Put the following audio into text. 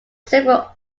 several